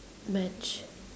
match